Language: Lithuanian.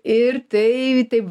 ir tai taip